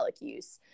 use